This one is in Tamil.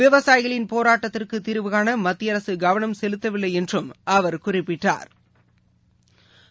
விவசாயிகளின் போராட்டத்திற்குதீாவுகாணமத்தியஅரசுகவனம் செலுத்தவில்லைஎன்றும் அவா் குறிப்பிட்டா்